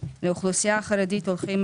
ולאוכלוסייה החרדית הולכים